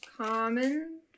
Common